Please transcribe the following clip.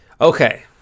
Okay